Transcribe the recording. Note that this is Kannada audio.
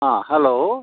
ಹಾಂ ಹಲೋ